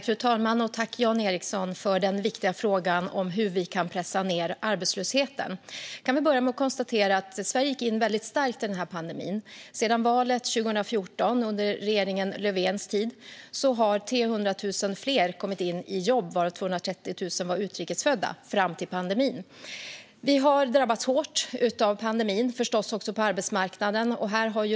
Fru talman! Jag tackar Jan Ericson för den viktiga frågan om hur vi kan pressa ned arbetslösheten. Jag kan börja med att konstatera att Sverige gick in väldigt starkt i pandemin. Sedan valet 2014, under regeringen Löfvens tid, har 300 000 fler kommit i jobb, varav 230 000 utrikesfödda, fram till pandemin. Vi har drabbats hårt av pandemin, och det gäller förstås också på arbetsmarknaden.